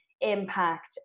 impact